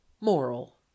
moral